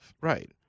Right